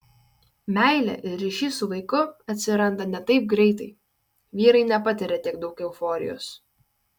meilė ir ryšys su vaiku atsiranda ne taip greitai vyrai nepatiria tiek daug euforijos